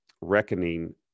reckoning